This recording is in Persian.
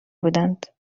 بودند